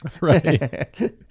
Right